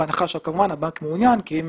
כמובן בהנחה שהבנק מעוניין כי אם